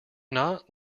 not